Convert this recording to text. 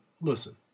listen